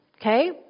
Okay